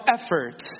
effort